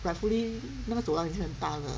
rightfully 那个走廊已经很大的